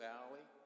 Valley